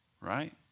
right